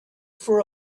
for